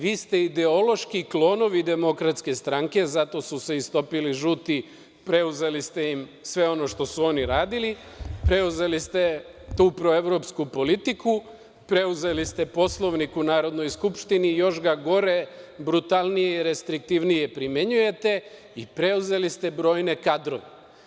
Vi ste ideološki klonovi DS, zato su se istopili žuti, preuzeli ste im sve ono što su oni radili, preuzeli ste tu proevropsku politiku, preuzeli ste Poslovnik u Narodnoj skupštini i još ga gore, brutalnije i restriktivnije primenjujete i preuzeli ste brojne kadrove.